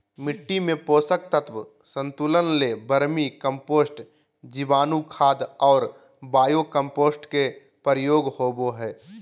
मिट्टी में पोषक तत्व संतुलन ले वर्मी कम्पोस्ट, जीवाणुखाद और बायो कम्पोस्ट के प्रयोग होबो हइ